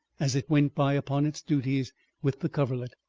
as it went by upon its duties with the coverlet.